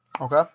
Okay